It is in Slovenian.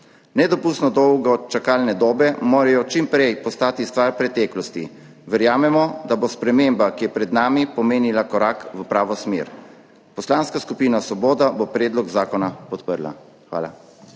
Nedopustno dolge čakalne dobe morajo čim prej postati stvar preteklosti. Verjamemo, da bo sprememba, ki je pred nami, pomenila korak v pravo smer. Poslanska skupina Svoboda bo predlog zakona podprla. Hvala.